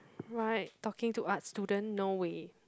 right talking to arts student no way